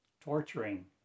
torturing